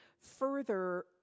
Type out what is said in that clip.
further